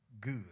good